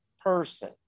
person